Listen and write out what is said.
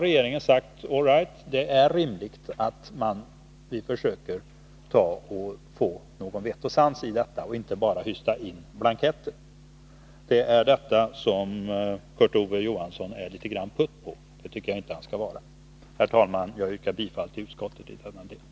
Regeringen har sagt: All right, det är rimligt att vi försöker få litet vett och sans i detta och inte bara hystar in blanketter. Det är detta som Kurt Ove Johansson är litet grand putt på. Det tycker jag inte att han skall vara. Herr talman! Jag ansluter mig till utskottets yttrande i denna del.